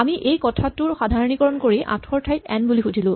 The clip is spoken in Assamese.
আমি এই কথাটোৰ সাধাৰণীকৰণ কৰি আঠৰ ঠাইত এন বুলি সুধিলো